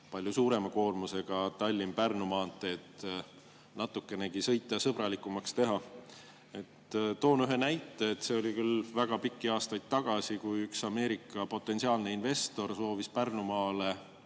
palju suurema koormusega Tallinna–Pärnu maanteed natukenegi sõitjasõbralikumaks teha. Toon ühe näite. See oli küll väga palju aastaid tagasi, kui üks Ameerika potentsiaalne investor soovis Pärnumaal